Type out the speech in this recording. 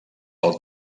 pel